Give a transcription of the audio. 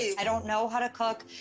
i don't know how to cook,